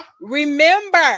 remember